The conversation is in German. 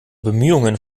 bemühungen